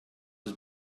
was